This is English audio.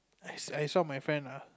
I I saw my friend err